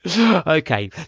Okay